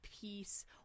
peace